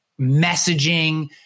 messaging